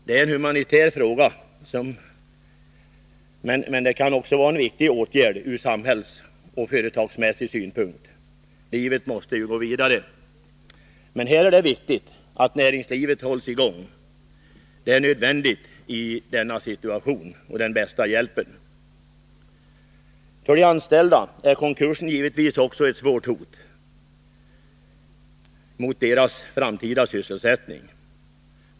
Det här är en humanitär fråga, men åtgärder för att lösa den kan vara viktiga också ur samhällsekonomisk och företagsmässig synpunkt. Livet måste ju gå vidare. Men här är det viktigt att näringslivet hålls i gång. Det är nödvändigt i denna situation och den bästa hjälpen för de anställda. För de anställda är konkursen givetvis också ett svårt hot mot deras framtida sysselsättning.